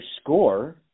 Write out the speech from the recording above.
score